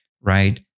right